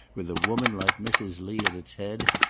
with a woman like mrs. lee at its head,